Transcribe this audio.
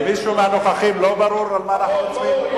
למישהו מהנוכחים לא ברור על מה אנחנו מצביעים?